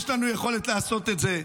יש לנו יכולת לעשות את זה.